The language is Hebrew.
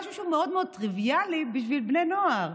משהו שהוא מאוד טריוויאלי בשביל בני נוער.